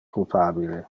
culpabile